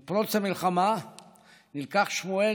עם פרוץ המלחמה נלקח שמואל,